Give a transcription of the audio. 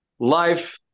Life